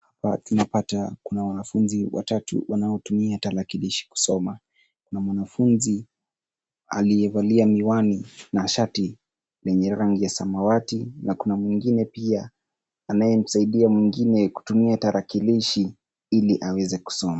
Apa tunapata kuna wanafunzi watatu wanaotumia tarakilishi kusoma, na mwanafunzi aliyevalia miwani na shati lenye rangi ya samawati na kuna mwingine pia anayemsaidia mwingine kutumia tarakilishi hili aweze kusoma.